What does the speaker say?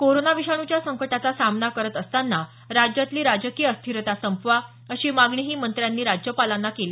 corona विषाणूच्या संकटाचा सामना करत असताना राज्यातली राजकीय अस्थिरता संपवा अशी मागणीही मंत्र्यांनी राज्यपालांना केली